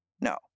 no